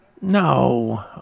No